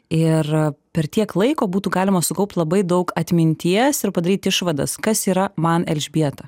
ir per tiek laiko būtų galima sukaupt labai daug atminties ir padaryt išvadas kas yra man elžbieta